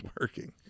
working